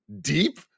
deep